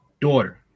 daughter